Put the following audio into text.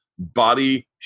Body